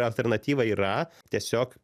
alternatyva yra tiesiog